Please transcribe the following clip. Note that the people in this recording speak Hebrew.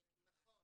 נכון.